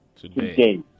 today